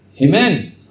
Amen